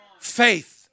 faith